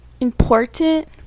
important